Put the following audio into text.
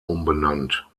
umbenannt